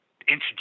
introduce